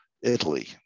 Italy